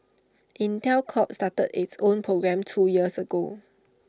Intel Corp started its own program two years ago